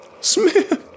Smith